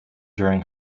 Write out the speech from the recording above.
during